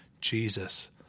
Jesus